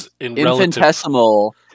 infinitesimal